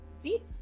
See